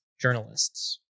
journalists